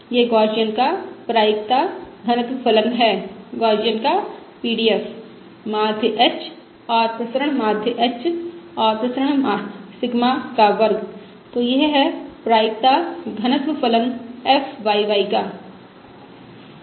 यह गौसियन का प्रायिकता घनत्व फलन है गौसियन का PDF माध्य h और प्रसरण माध्य h और प्रसरण सिग्मा का वर्ग तो यह है प्रायिकता घनत्व फलन fy y का